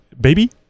baby